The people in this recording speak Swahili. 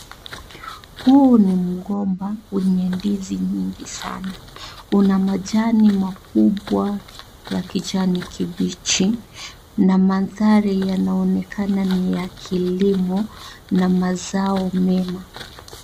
Huu ni mgomba wenye ndizi nyingi sana, una majani makubwa ya kijani kibichi na manthari yanaonekana ni ya kilimo na mazao mema.